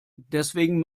deswegen